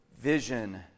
vision